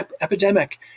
epidemic